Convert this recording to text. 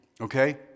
okay